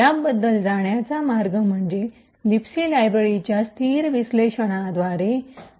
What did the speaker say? याबद्दल जाण्याचा मार्ग म्हणजे लिबसी लायब्ररीच्या स्थिर विश्लेषणाद्वारे स्टैटिक अनैलिसिस static analysis आहे